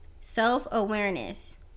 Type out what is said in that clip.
Self-awareness